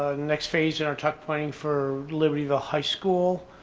next phase in our tuck pointing for libertyville high school.